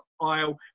aisle